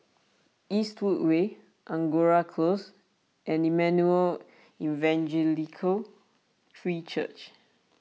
Eastwood Way Angora Close and Emmanuel Evangelical Free Church